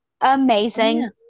Amazing